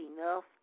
enough